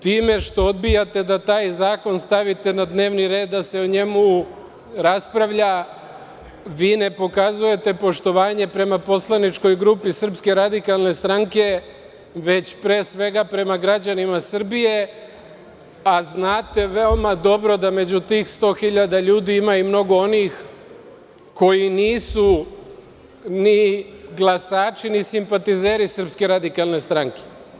Time što odbijate da taj zakon stavite na dnevni red da se o njemu raspravlja, vi ne pokazujete poštovanje prema poslaničkoj grupi SRS, pre svega prema građanima Srbije, a znate veoma dobro da među tih 100 hiljada ljudi ima i mnogo onih koji nisu ni glasači ni simpatizeri Srpske radikalne stranke.